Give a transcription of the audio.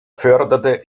förderte